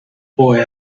boy